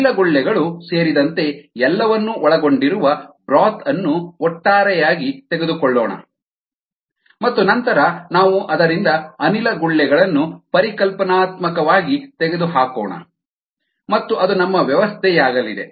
ಅನಿಲ ಗುಳ್ಳೆಗಳು ಸೇರಿದಂತೆ ಎಲ್ಲವನ್ನೂ ಒಳಗೊಂಡಿರುವ ಬ್ರೋತ್ ಅನ್ನು ಒಟ್ಟಾರೆಯಾಗಿ ತೆಗೆದುಕೊಳ್ಳೋಣ ಮತ್ತು ನಂತರ ನಾವು ಅದರಿಂದ ಅನಿಲ ಗುಳ್ಳೆಗಳನ್ನು ಪರಿಕಲ್ಪನಾತ್ಮಕವಾಗಿ ತೆಗೆದುಹಾಕೋಣ ಮತ್ತು ಅದು ನಮ್ಮ ವ್ಯವಸ್ಥೆಯಾಗಲಿದೆ